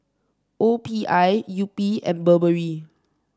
O P I Yupi and Burberry